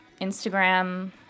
Instagram